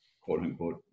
quote-unquote